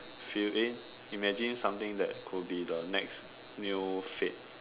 few eh imagine something that could be the next new fad